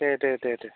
दे दे दे दे